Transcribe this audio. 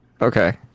okay